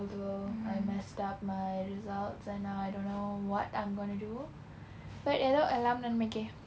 although I messed up my results and now I don't know what I'm gonna do but ஏதோ எல்லாம் நம்பிக்கை:aetho ellam nambikai